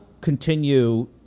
continue